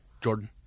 Jordan